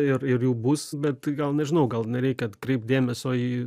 ir ir jų bus bet gal nežinau gal nereikia atkreipt dėmesio į